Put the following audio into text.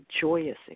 joyous